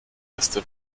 erste